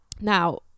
Now